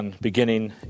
beginning